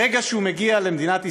ברגע שהוא מגיע למדינת ישראל,